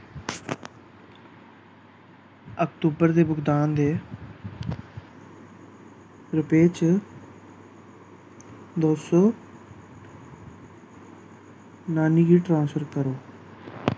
अक्तूबर दे भुगतान दे रूपै च दो सौ नानी गी ट्रांसफर करो